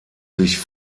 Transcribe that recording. sich